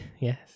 yes